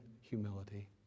humility